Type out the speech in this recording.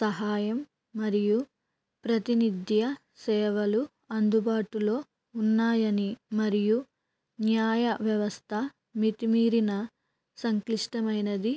సహాయం మరియు ప్రతినిత్య సేవలు అందుబాటులో ఉన్నాయని మరియు న్యాయవ్యవస్థ మితిమీరిన సంక్లిష్టమైనది